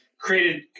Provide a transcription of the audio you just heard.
created